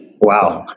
Wow